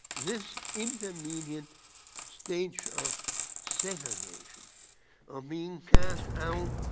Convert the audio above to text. this in familiar stage of segregation of being cast out